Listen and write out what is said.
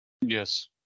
Yes